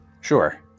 Sure